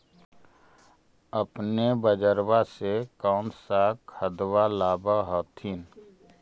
अपने बजरबा से कौन सा खदबा लाब होत्थिन?